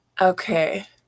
okay